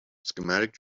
schematic